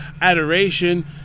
adoration